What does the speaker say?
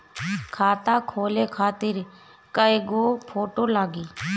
खाता खोले खातिर कय गो फोटो लागी?